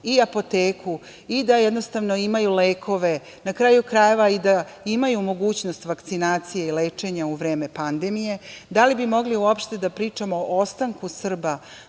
i apoteku i da imaju lekove, na kraju krajeva i da imaju mogućnost vakcinacije i lečenja u vreme pandemije? Da li bi mogli uopšte da pričamo o ostanku Srba